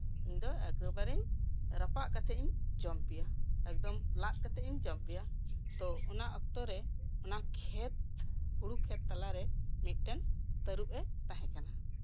ᱤᱧ ᱫᱚ ᱮᱠᱵᱟᱨᱮ ᱨᱟᱯᱟᱜ ᱠᱟᱛᱮᱜ ᱤᱧ ᱡᱚᱢ ᱯᱮᱭᱟ ᱮᱠᱫᱚᱢ ᱞᱟᱫ ᱠᱟᱛᱮᱜ ᱤᱧ ᱡᱚᱢ ᱯᱮᱭᱟ ᱛᱳ ᱚᱱᱟ ᱚᱠᱛᱚ ᱨᱮ ᱚᱱᱟ ᱠᱷᱮᱛ ᱦᱩᱲᱩ ᱠᱷᱮᱛ ᱛᱟᱞᱟᱨᱮ ᱢᱤᱫᱴᱮᱱ ᱛᱟᱹᱨᱩᱵᱽ ᱮ ᱛᱟᱸᱦᱮ ᱠᱟᱱᱟ